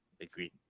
Agreed